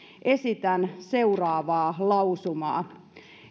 esitän seuraavaa lausumaa